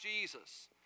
Jesus